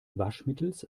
waschmittels